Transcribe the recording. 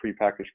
prepackaged